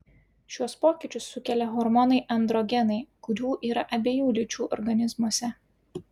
šiuos pokyčius sukelia hormonai androgenai kurių yra abiejų lyčių organizmuose